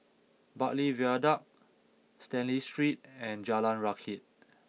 Bartley Viaduct Stanley Street and Jalan Rakit